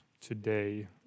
today